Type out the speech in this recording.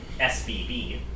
SBB